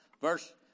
Verse